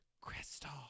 Crystal